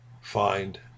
find